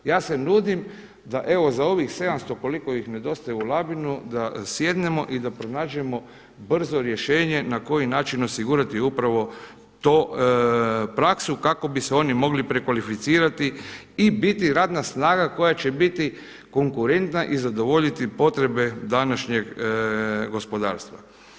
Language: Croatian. Ja se nudim da evo za ovih 700 koliko ih nedostaje u Labinu da sjednemo i da pronađemo brzo rješenja na koji način osigurati upravo tu praksu kako bi se oni mogli prekvalificirati i biti radna snaga koja će biti konkurentna i zadovoljiti potrebe današnjeg gospodarstva.